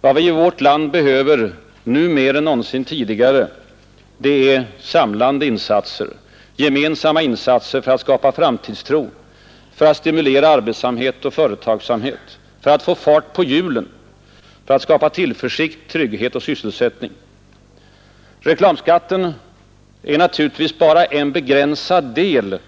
Vad vi i vårt land behöver, nu mer än någonsin tidigare, är samlande insatser, gemensamma insatser för att skapa framtidstro, för att stimulera arbetsamhet och företagsamhet, för att få fart på hjulen, för att skapa tillförsikt, trygghet och sysselsättning. Reklamskatten är naturligtvis bara en begränsad del